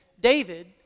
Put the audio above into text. David